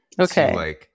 Okay